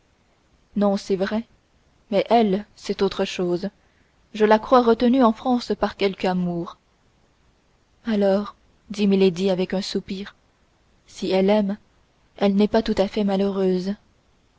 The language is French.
non c'est vrai mais elle c'est autre chose je la crois retenue en france par quelque amour alors dit milady avec un soupir si elle aime elle n'est pas tout à fait malheureuse